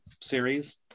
series